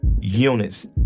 units